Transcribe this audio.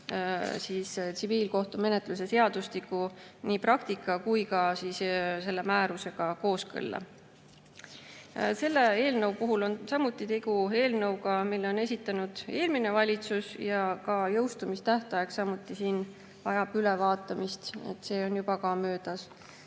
enda tsiviilkohtumenetluse seadustiku nii praktika kui ka selle määrusega kooskõlla. Selle eelnõu puhul on samuti tegu eelnõuga, mille on esitanud eelmine valitsus ja ka jõustumistähtaeg vajab siin ülevaatamist, see on juba möödas.